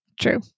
True